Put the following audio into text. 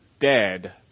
dead